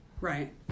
Right